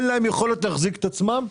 שאין להן יכולת להחזיק את עצמן.